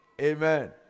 Amen